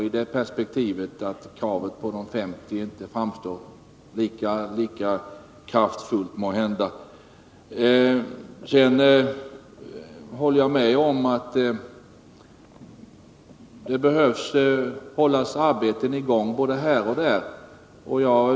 I det perspektivet kanske kravet på 50 milj.kr. inte framstår som lika kraftfullt. Jag håller med om att arbeten behöver hållas i gång både här och där.